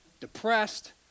depressed